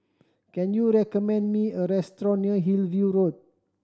can you recommend me a restaurant near Hillview Road